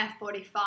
F45